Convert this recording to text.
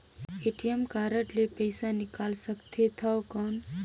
ATM card ले पइसा निकाल सकथे थव कौन?